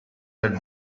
had